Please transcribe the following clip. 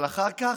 אבל אחר כך,